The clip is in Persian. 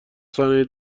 صنایع